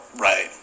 right